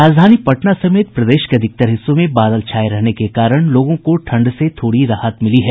राजधानी पटना समेत प्रदेश के अधिकतर हिस्सों में बादल छाये रहने के कारण लोगों को ठंड से थोड़ी राहत मिली है